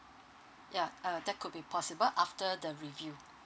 yeah uh that could be possible after the review